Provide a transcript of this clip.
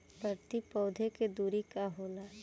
प्रति पौधे के दूरी का होला?